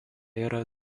yra